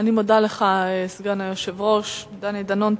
אני מודה לך, סגן היושב-ראש דני דנון.